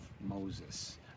Moses